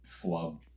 Flub